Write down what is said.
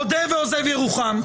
מודה ועוזב ירוחם.